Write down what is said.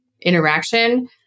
interaction